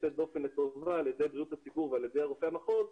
יוצאת דופן על ידי בריאות הציבור ועל ידי רופאי המחוז,